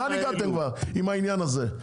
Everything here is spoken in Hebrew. לאן הגעתם כבר עם העניין הזה,